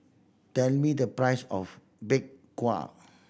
tell me the price of Bak Kwa